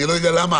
אני לא יודע למה,